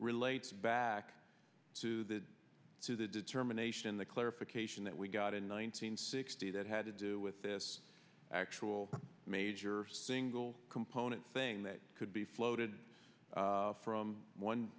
relates back to the to the determination the clarification that we got in nineteen sixty that had to do with this actual major single component thing that could be floated from one